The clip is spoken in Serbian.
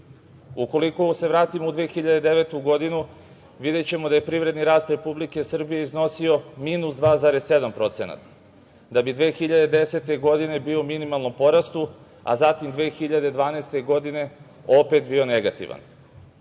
Ukoliko se vratimo u 2009. godinu videćemo da je privredni rast Republike Srbije iznosio minus 2,7%, da bi 2010. godine bio u minimalnom porastu, a zatim 2012. godine opet bio negativan. Ukoliko